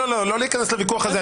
לא לא ניכנס לוויכוח הזה,